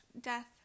death